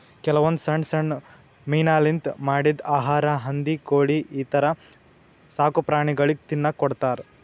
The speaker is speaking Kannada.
ಕೆಲವೊಂದ್ ಸಣ್ಣ್ ಸಣ್ಣ್ ಮೀನಾಲಿಂತ್ ಮಾಡಿದ್ದ್ ಆಹಾರಾ ಹಂದಿ ಕೋಳಿ ಈಥರ ಸಾಕುಪ್ರಾಣಿಗಳಿಗ್ ತಿನ್ನಕ್ಕ್ ಕೊಡ್ತಾರಾ